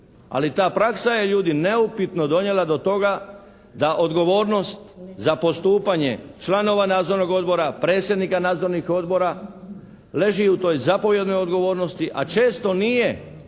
ali ta praksa je ljudi neupitno donijela do toga da odgovornost za postupanje članova nadzornog odbora, predsjednika nadzornih odbora leži u toj zapovjednoj odgovornosti a često nije